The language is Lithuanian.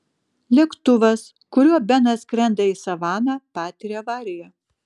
lėktuvas kuriuo benas skrenda į savaną patiria avariją